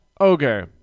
Okay